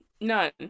None